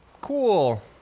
cool